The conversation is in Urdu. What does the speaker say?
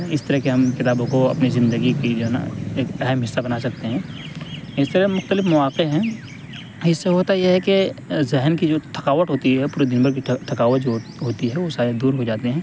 اس طرح کہ ہم کتابوں کو اپنی زندگی کی جو نا ایک اہم حصہ بنا سکتے ہیں اس طرح مختلف مواقع ہیں اس سے ہوتا یہ ہے کہ ذہن کی جو تھکاوٹ ہوتی ہے پورے دن بھر کی تھکاوٹ جو ہوتی ہے وہ سارے دور ہو جاتے ہیں